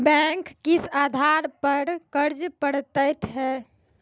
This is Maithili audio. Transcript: बैंक किस आधार पर कर्ज पड़तैत हैं?